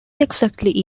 exactly